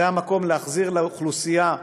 זה המקום להחזיר לאוכלוסייה העובדת,